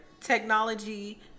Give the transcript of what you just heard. technology